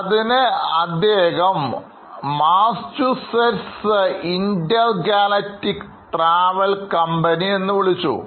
അതിന് അദ്ദേഹം Massachusetts intergalactic travel Massachusetts intergalactic travel കമ്പനിഎന്നു വിളിച്ചു